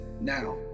now